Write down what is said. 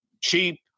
Cheap